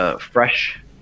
fresh